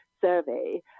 survey